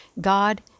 God